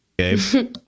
okay